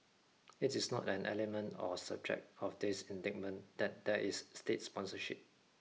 it is not an element or subject of this indictment that there is state sponsorship